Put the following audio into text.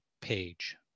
page